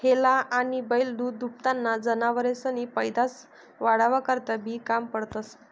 हेला आनी बैल दूधदूभताना जनावरेसनी पैदास वाढावा करता बी काम पडतंस